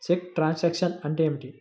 చెక్కు truncation అంటే ఏమిటి?